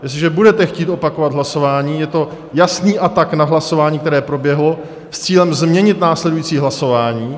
Jestliže budete chtít opakovat hlasování, je to jasný atak na hlasování, které proběhlo, s cílem změnit následující hlasování.